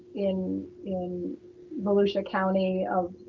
in in volusia county of,